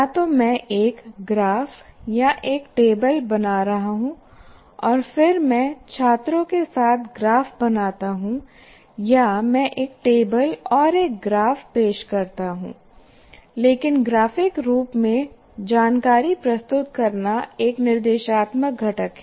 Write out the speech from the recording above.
या तो मैं एक ग्राफ या एक टेबल बना रहा हूँ और फिर मैं छात्रों के साथ ग्राफ बनाता हूं या मैं एक टेबलऔर एक ग्राफ पेश करता हूं लेकिन ग्राफिक रूप में जानकारी प्रस्तुत करना एक निर्देशात्मक घटक है